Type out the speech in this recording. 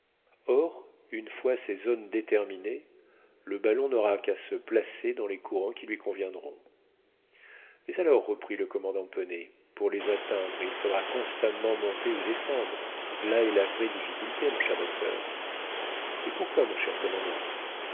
or une fois ces zones déterminées le ballon n'aura qu'à se placer dans les courants qui lui conviendront mais alors reprit le commandant pennet pour les atteindre il faudra constamment monter ou descendre là est la vraie difficulté mon cher docteur et pourquoi mon cher commandant